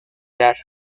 las